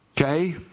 Okay